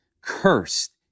cursed